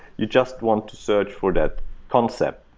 you just want to search for that concept.